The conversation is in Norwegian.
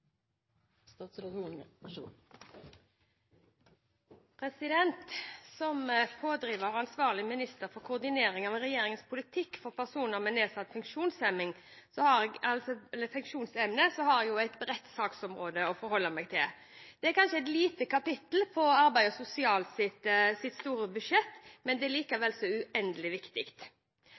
Som pådriver og ansvarlig minister for koordinering av regjeringens politikk for personer med nedsatt funksjonsevne har jeg et bredt saksområde å forholde meg til. Det er kanskje et lite kapittel i det store arbeids- og sosialbudsjettet, men det er likevel så uendelig viktig.